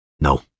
No